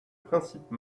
principe